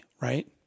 right